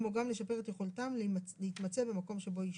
כמו גם לשפר את יכולתם להתמצא במקום בו ישהו.